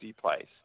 place